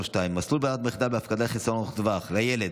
232) (מסלול ברירת מחדל בהפקדות לחיסכון ארוך טווח לילד),